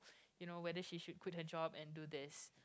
you know whether she should quit her job and do this